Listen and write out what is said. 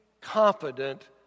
confident